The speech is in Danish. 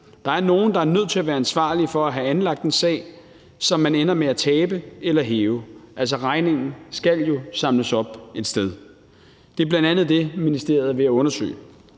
Der er nogle, der er nødt til at være ansvarlige for at have anlagt en sag, som man ender med at tabe eller hæve; altså, regningen skal jo samles op et sted. Det er bl.a. det, ministeriet er ved at undersøge.